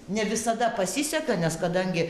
ne visada pasiseka nes kadangi